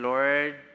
Lord